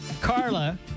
Carla